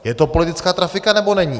Je to politická trafika, nebo není?